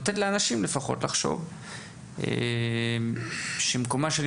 נותנת לאנשים לפחות לחשוב שמקומה של